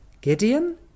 Gideon